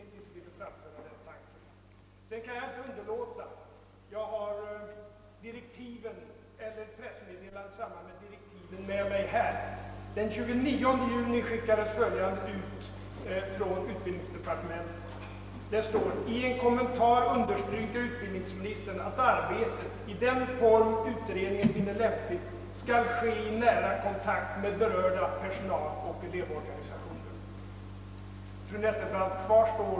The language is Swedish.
Jag kan vidare inte underlåta att anföra några ord ur det pressmeddelande från utbildningsdepartementet, som utfärdades den 29 juni i samband med direktiven för utredningen. Där framhölls bl.a. följande: »I en kommentar understryker utbildningsministern att arbetet — i den form utredningen finner lämpligt — skall ske i nära kontakt med berörda personaloch elevorganisationer.» Fru Nettelbrandt!